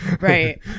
Right